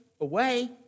Away